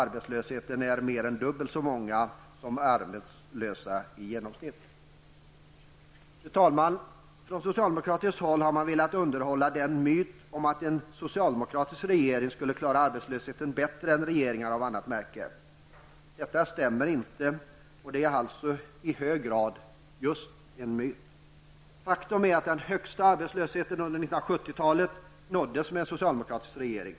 Arbetslösheten bland dem är dubbelt så hög som den genomsnittliga arbetslösheten. Fru talman! Från socialdemokratiskt håll har man velat underhålla myten om att en socialdemokratisk regering skulle klara arbetslösheten bättre än regeringar av annat märke. Detta stämmer inte och är alltså i hög grad just en myt. Faktum är att den högsta arbetslösheten under 1970-talet nåddes med en socialdemokratisk regering.